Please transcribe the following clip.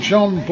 John